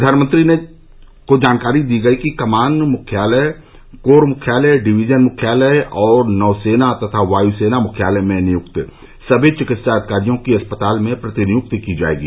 प्रधानमंत्री को जानकारी दी गई कि कमान मुख्यालय कोर मुख्यालय डिवीजन मुख्यालय और नौसेना तथा वायु सेना मुख्यालय में नियुक्त सभी चिकित्सा अधिकारियों की अस्पतालों में प्रतिनियुक्ति की जाएगी